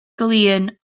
glin